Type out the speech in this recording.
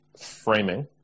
framing